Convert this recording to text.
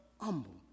humble